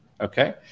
Okay